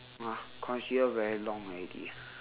!wah! considered very long already